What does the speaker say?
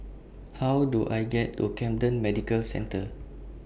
How Do I get to Camden Medical Centre